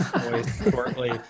shortly